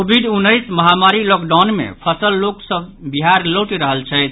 Covid उन्नैस महामारी lockdown मे फंसल लोक सभ बिहार लौटि रहल छथि